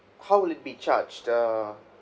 how will it be charged err